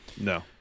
no